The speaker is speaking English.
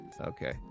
Okay